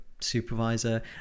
supervisor